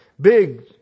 big